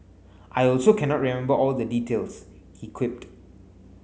I also cannot remember all the details he quipped